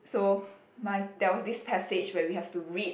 so my there was this passage where we have to read